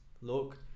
look